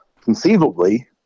conceivably